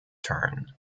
turn